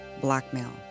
blackmail